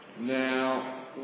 Now